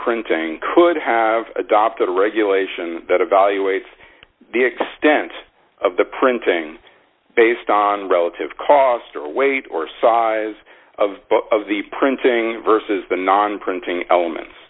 printing could have adopted a regulation that evaluates the extent of the printing based on relative cost or weight or size of of the printing versus the non printing elements